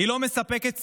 היא לא מספקת סיוע,